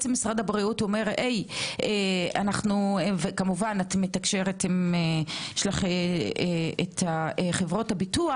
את מתקשרת - יש לך חברות הביטוח,